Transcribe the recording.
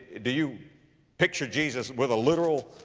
do you picture jesus with a literal,